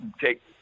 take